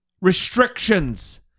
Restrictions